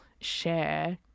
share